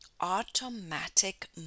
automatic